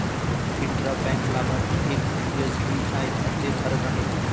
intra bank लाभार्थी एक SBI खातेधारक आहे